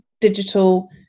digital